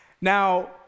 Now